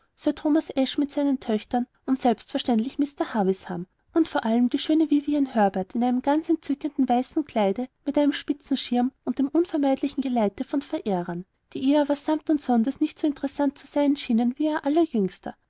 thomas asshe mit seinen töchtern und selbstverständlich mr havisham und vor allem die schöne vivian herbert in einem ganz entzückenden weißen kleide mit einem spitzenschirm und dem unvermeidlichen geleite von verehrern die ihr aber samt und sonders nicht so interessant zu sein schienen wie ihr